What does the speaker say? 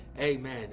Amen